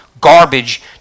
garbage